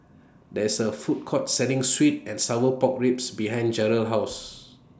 There IS A Food Court Selling Sweet and Sour Pork Ribs behind Jarrell's House